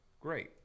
Great